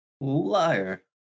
Liar